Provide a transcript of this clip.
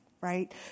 right